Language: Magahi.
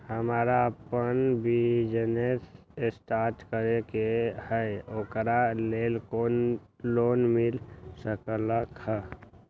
हमरा अपन बिजनेस स्टार्ट करे के है ओकरा लेल लोन मिल सकलक ह?